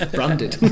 Branded